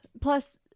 Plus